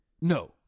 No